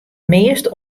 meast